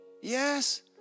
Yes